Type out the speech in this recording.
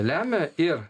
lemia ir